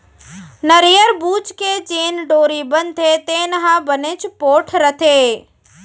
नरियर बूच के जेन डोरी बनथे तेन ह बनेच पोठ रथे